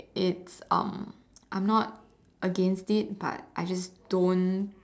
it's um I'm not against it but I just don't